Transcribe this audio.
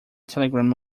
telegram